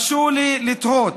הרשו לי לתהות,